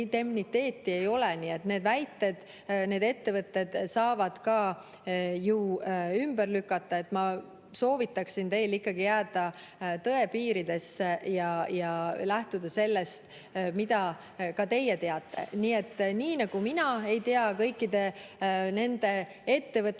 need ettevõtted ka ju ümber lükata. Ma soovitaksin teil ikkagi jääda tõe piiridesse ja lähtuda sellest, mida ka teie teate. Nii nagu mina ei tea kõikide nende ettevõtete